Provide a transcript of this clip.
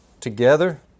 together